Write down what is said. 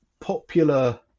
popular